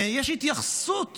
ויש התייחסות